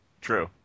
True